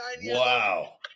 Wow